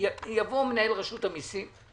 שיבוא מנהל מרשות המסים,